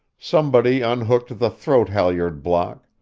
somebody unhooked the throat-halliard block,